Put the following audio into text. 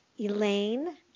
elaine